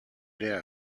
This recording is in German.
der